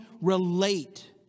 relate